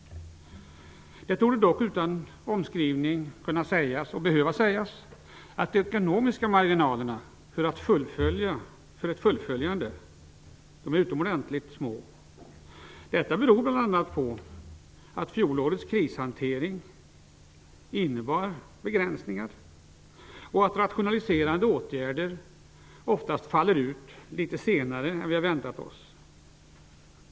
Det torde dock utan omskrivning kunna sägas och behöva sägas att de ekonomiska marginalerna för ett fullföljande är utomordentligt små. Detta beror bl.a. på att fjolårets krishantering innebar begränsningar och att rationaliserande åtgärder oftast faller ut litet senare än väntat.